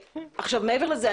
מעבר לזה,